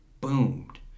boomed